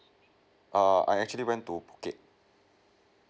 err I actually went to phuket